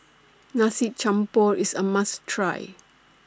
Nasi Campur IS A must Try